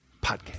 Podcast